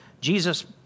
Jesus